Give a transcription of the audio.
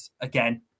again